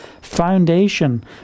foundation